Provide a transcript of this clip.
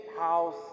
house